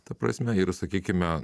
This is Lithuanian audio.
ta prasme ir sakykime